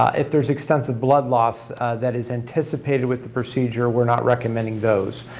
if there's extensive blood loss that is anticipated with the procedure, we're not recommending those,